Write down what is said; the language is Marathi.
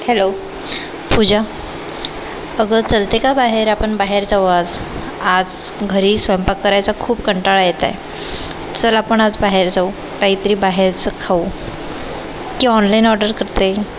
हॅलो पूजा अगं चलते का बाहेर आपण बाहेर जाऊ आज आज घरी स्वयंपाक करायचा खूप कंटाळा येत आहे चल आपण आज बाहेर जाऊ काहीतरी बाहेरचं खाऊ की ऑनलाईन ऑर्डर करते